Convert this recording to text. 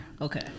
Okay